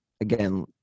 again